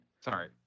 sorry